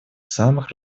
самых